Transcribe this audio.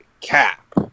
Cap